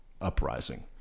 uprising